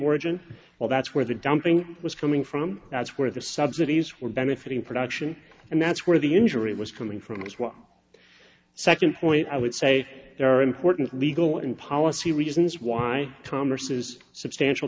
origin well that's where the dumping was coming from that's where the subsidies were benefiting production and that's where the injury was coming from as well second point i would say there are important legal and policy reasons why thomas's substantial